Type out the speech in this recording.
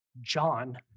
John